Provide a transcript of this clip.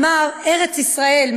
אמר: ארץ ישראל,